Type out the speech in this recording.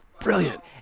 Brilliant